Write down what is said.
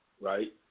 right